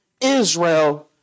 Israel